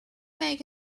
make